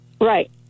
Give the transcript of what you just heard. Right